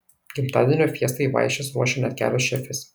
gimtadienio fiestai vaišes ruošė net kelios šefės